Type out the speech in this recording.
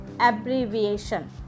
abbreviation